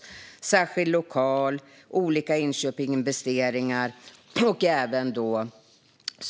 Det ska finnas en särskild lokal och olika inköp och investeringar.